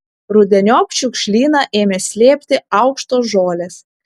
rudeniop šiukšlyną ėmė slėpti aukštos žolės